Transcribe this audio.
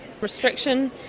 restriction